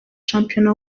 shampiyona